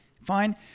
Fine